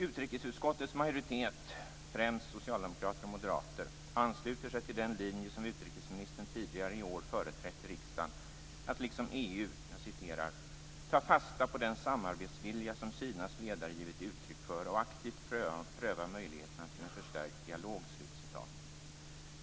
Utrikesutskottets majoritet, främst socialdemokrater och moderater, ansluter sig till den linje som utrikesministern tidigare i vår företrätt i riksdagen att liksom EU "ta fasta på den samarbetsvilja som Kinas ledare givit uttryck för och aktivt pröva möjligheterna till en förstärkt dialog".